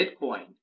Bitcoin